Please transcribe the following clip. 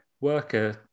Worker